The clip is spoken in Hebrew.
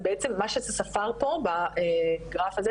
זה בעצם מה שזה ספר פה בגרף הזה,